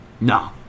No